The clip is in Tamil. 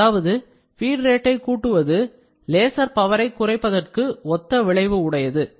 அதாவது feed rate ஐ கூட்டுவது laser power ஐ குறைப்பதற்கு ஒத்த விளைவு உடையது